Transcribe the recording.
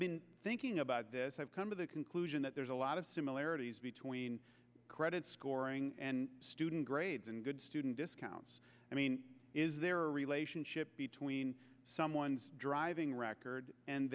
been thinking about this i've come to the conclusion that there's a lot of similarities between credit scoring student grades and good student discounts i mean is there a relationship between someone's driving record and